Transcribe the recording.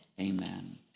Amen